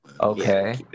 Okay